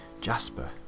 Jasper